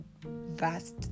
vast